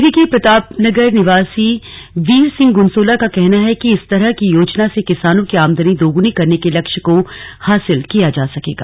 टिहरी के प्रतापनगर निवासी वीर सिंह गुनसोला का कहना है कि इस तरह की योजना से किसानों की आमदनी दोगुनी करने के लक्ष्य को हासिल किया जा सकेगा